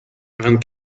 vingt